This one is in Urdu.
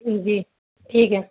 جی ٹھیک ہے